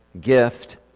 gift